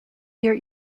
year